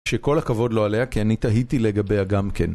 שכל הכבוד לא עליה, כי אני תהיתי לגביה גם כן.